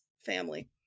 family